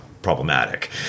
Problematic